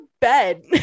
bed